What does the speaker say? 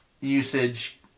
usage